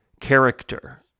character